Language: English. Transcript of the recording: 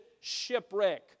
shipwreck